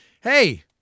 Hey